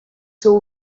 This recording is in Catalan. seu